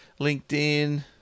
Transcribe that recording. LinkedIn